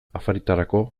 afaritarako